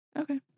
Okay